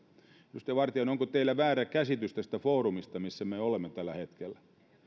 edustaja vartiainen onko teillä väärä käsitys tästä foorumista missä me olemme tällä hetkellä